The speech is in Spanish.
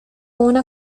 una